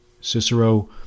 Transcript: Cicero